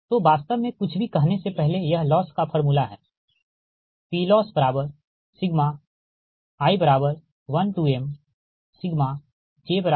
तो वास्तव में कुछ भी कहने से पहले यह लॉस का फ़ॉर्मूला है PLoss i1mj1mPgiBijPgj